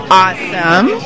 awesome